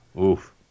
Oof